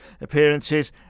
appearances